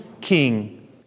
king